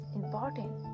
important